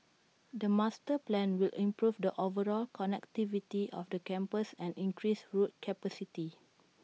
the master plan will improve the overall connectivity of the campus and increase road capacity